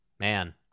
Man